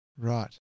Right